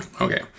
Okay